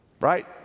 Right